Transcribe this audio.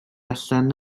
allan